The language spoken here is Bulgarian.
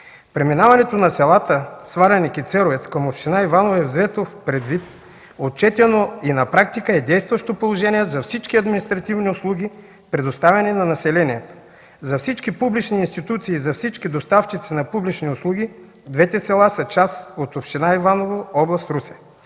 Преминаването на селата Сваленик и Церовец към община Иваново е взето предвид, отчетено и на практика е действащо положение за всички административни услуги, предоставени на населението. За всички публични институции, за всички доставчици на публични услуги двете села са част от община Иваново, област Русе.